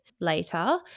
later